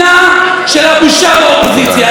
תמונה של הבושה באופוזיציה.